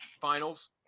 finals